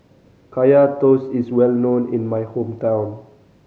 Kaya Toast is well known in my hometown